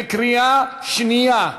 בקריאה שנייה.